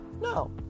No